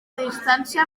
distància